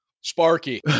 Sparky